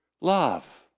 Love